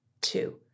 two